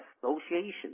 association